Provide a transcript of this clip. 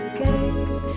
games